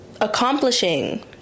accomplishing